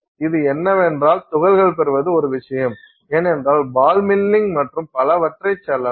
அது என்னவென்றால் துகள்கள் பெறுவது ஒரு விஷயம் ஏனென்றால் பால் மில்லிங் மற்றும் பலவற்றைச் சொல்லலாம்